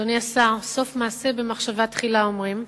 אדוני השר, סוף מעשה במחשבה תחילה, אומרים.